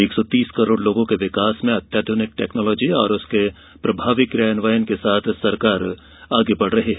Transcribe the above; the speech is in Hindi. एक सौ तीस करोड़ लोगों के विकास में अत्याधुनिक टेक्नोलॉजी और उसके प्रभावी कार्यान्वयन के साथ सरकार आगे बढ़ रही है